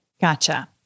Gotcha